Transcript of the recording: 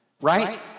Right